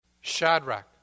Shadrach